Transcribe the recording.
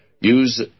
use